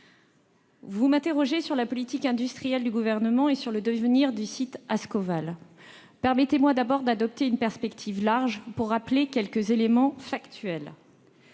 vous m'interrogez sur la politique industrielle du Gouvernement et le devenir du site Ascoval. Permettez-moi d'abord d'adopter une perspective large, pour rappeler quelques éléments factuels.